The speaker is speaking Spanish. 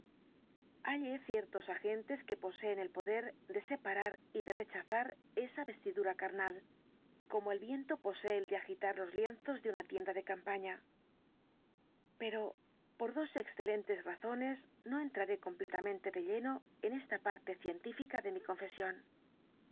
adornos hallé ciertos agentes que poseen el poder de separar y de rechazar esa vestidura carnal como el viento posee el de agitar los lienzos de una tienda de campaña pero por dos excelentes razones no entraré completamente de lleno en esta parte científica de mi confesión